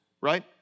right